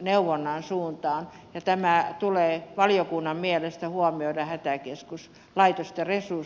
neuvonnan suuntaan ja tämä tulee valiokunnan mielestä huomioida hätäkeskuslaitosten resursseissa